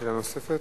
שאלה נוספת?